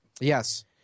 Yes